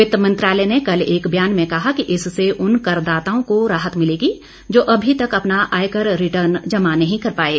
वित्त मंत्रालय ने कल एक बयान में कहा कि इससे उन करदाताओं को राहत मिलेगी जो अभी तक अपना आयकर रिटर्न जमा नहीं कर पाये